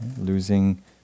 losing